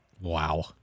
Wow